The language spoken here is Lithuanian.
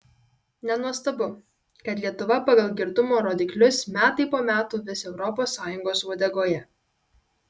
nenuostabu kad lietuva pagal girtumo rodiklius metai po metų vis europos sąjungos uodegoje